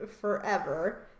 forever